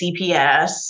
CPS